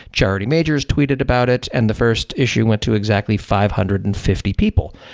charity majors tweeted about it, and the first issue went to exactly five hundred and fifty people.